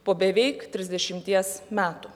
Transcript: po beveik trisdešimties metų